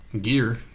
gear